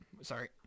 sorry